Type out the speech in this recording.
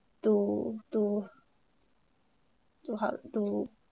to to ha~ to to